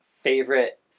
favorite